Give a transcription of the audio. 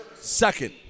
second